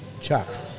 chuck